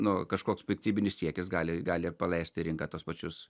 nu kažkoks piktybinis siekis gali gali ir paleist į rinką tuos pačius